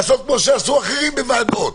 לעשות כמו שעשו אחרים בוועדות,